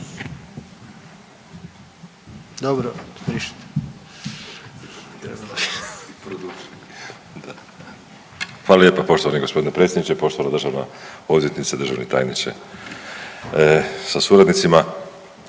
(Nezavisni)** Hvala lijepa gospodine predsjedniče, poštovana državna odvjetnice, državni tajniče sa suradnicima.